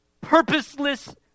purposeless